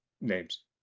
names